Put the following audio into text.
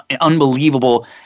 unbelievable